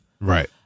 Right